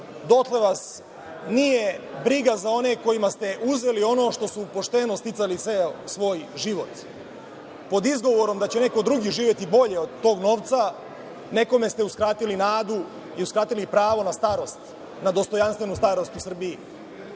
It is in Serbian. dotle vas nije briga za one kojima ste uzeli ono što su pošteno sticali ceo svoj život. Pod izgovorom da će neko drugi živeti bolje od tog novca, nekome ste uskratili nadu i uskratili pravo na starost, na dostojanstvenu starost u Srbiji. Mislim